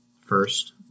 first